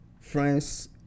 France